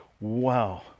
wow